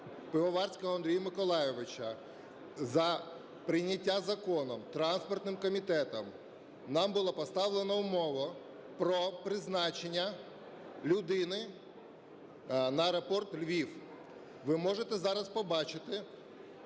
Пивоварського Андрія Миколайовича за прийняття закону транспортним комітетом нам було поставлено умову про призначення людини на аеропорт "Львів". Ви можете зараз побачити,